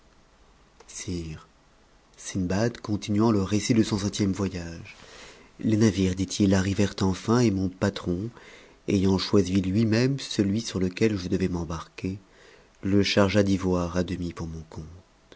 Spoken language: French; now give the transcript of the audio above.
siudbad continuant le récit de son septième voyage les navires dit-il arrivèrent enfin et mon patron ayant choisi lui-même celui sur lequel je devais m'embarquer le chargea d'ivoire à demi pour mon compte